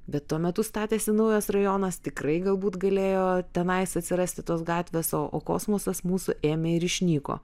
bet tuo metu statėsi naujas rajonas tikrai galbūt galėjo tenai atsirasti tos gatvės o o kosmosas mūsų ėmė ir išnyko